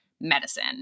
medicine